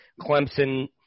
Clemson